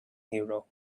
hero